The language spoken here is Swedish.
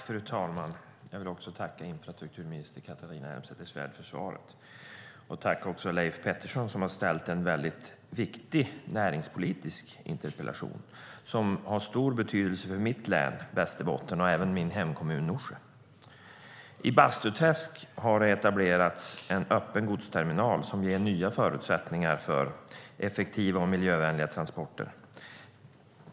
Fru talman! Jag vill tacka infrastrukturminister Catharina Elmsäter-Svärd för svaret och även tacka Leif Pettersson, som har ställt en väldigt viktig näringspolitisk interpellation som har stor betydelse för mitt län Västerbotten och även för min hemkommun Norsjö. I Bastuträsk har det etablerats en öppen godsterminal som ger nya förutsättningar för effektiva och miljövänliga transporter.